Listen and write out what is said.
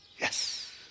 Yes